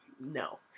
no